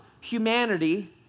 humanity